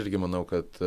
irgi manau kad